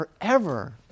forever